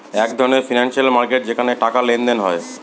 এক ধরনের financial market যেখানে টাকার লেনদেন হয়